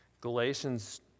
Galatians